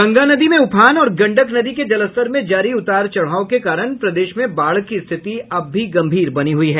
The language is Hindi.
गंगा नदी में उफान और गंडक नदी के जलस्तर में जारी उतार चढ़ाव के कारण प्रदेश में बाढ़ की स्थिति अब भी गंभीर बनी हुई है